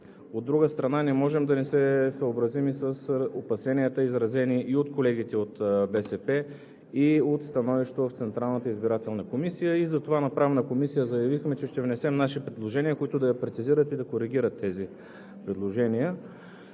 От друга страна, не можем да не се съобразим и с опасенията, изразени и от колегите от БСП, и в становището на Централната избирателна комисия. Затова на Правната комисия заявихме, че ще внесем наши предложения, които да прецизират и да коригират тези предложения.